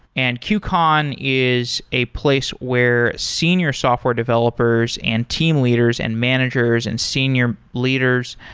and qcon is a place where senior software developers and team leaders and managers and senior leaders,